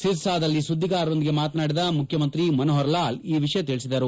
ಸಿರ್ಸಾದಲ್ಲಿ ಸುದ್ದಿಗಾರರೊಂದಿಗೆ ಮಾತನಾಡಿದ ಮುಖ್ಯಮಂತ್ರಿ ಮನೋಹರ್ ಲಾಲ್ ಈ ವಿಷಯ ತಿಳಿಸಿದರು